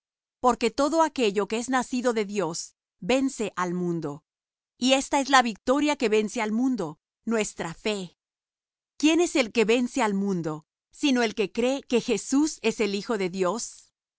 porque todo aquello que es nacido de dios vence al mundo y esta es la victoria que vence al mundo nuestra fe quién es el que vence al mundo sino el que cree que jesús es el hijo de dios